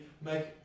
make